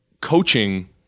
coaching